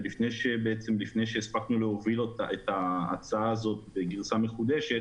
לפני שהספקנו להוביל את ההצעה הזאת בגרסה מחודשת,